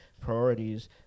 priorities